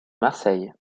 marseille